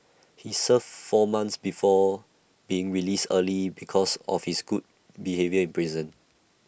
he serve four months before being released early because of his good behaviour in prison